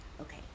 Okay